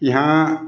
यहाँ